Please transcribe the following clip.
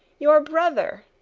your brother!